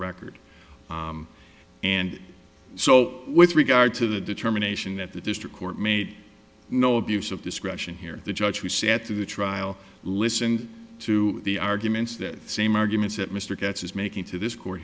record and so with regard to the determination that the district court made no abuse of discretion here the judge who sat through the trial listened to the arguments that same arguments that mr katz is making to this co